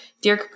Dear